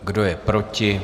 Kdo je proti?